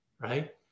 right